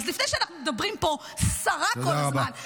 אז לפני שאנחנו מדברים פה סרה כל הזמן -- תודה רבה.